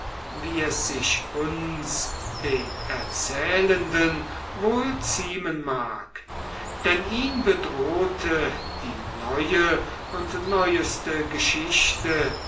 wie es sich uns den erzählenden wohl ziemen mag denn ihn bedrohte die neue und neueste geschichte